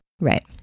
Right